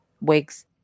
wigs